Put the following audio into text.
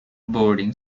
boarding